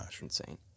insane